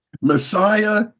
Messiah